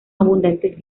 abundantes